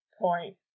point